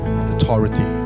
authority